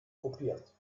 kopiert